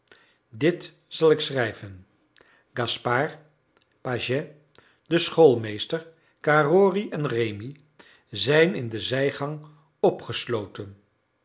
dit zal ik schrijven gaspard pagès de schoolmeester carrory en rémi zijn in de zijgang opgesloten